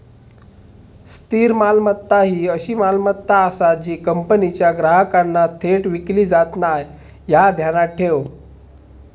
स्थिर मालमत्ता ही अशी मालमत्ता आसा जी कंपनीच्या ग्राहकांना थेट विकली जात नाय, ह्या ध्यानात ठेव